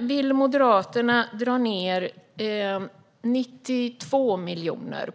vill Moderaterna dra ned på länsstyrelserna med 92 miljoner.